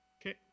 Okay